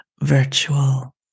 virtual